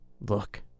look